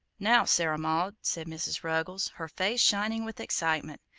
now, sarah maud, said mrs. ruggles, her face shining with excitement,